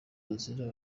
bazira